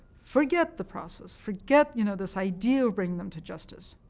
forget the process. forget you know this idea of bringing them to justice.